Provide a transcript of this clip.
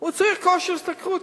צריך כושר השתכרות,